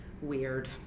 weird